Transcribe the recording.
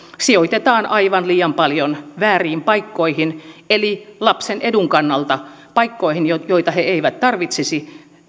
sijoitetaan aivan liian paljon vääriin paikkoihin eli lapsen edun kannalta paikkoihin joita joita he eivät tarvitsisi